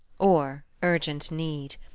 or urgent need.